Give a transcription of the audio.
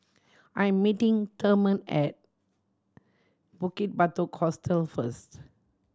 I am meeting Thurman at Bukit Batok Hostel first